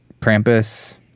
Prampus